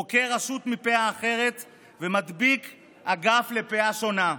עוקר רשות מפאה אחת ומדביק אגף לפאה אחרת.